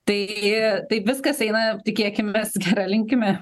taigi ji taip viskas eina tikėkimės gera linkme